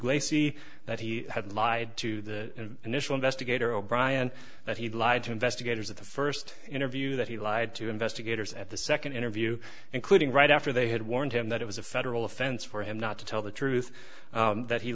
gracie that he had lied to the initial investigator o'brien that he lied to investigators at the first interview that he lied to investigators at the second interview including right after they had warned him that it was a federal offense for him not to tell the truth that he